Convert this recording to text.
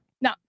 no